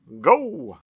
go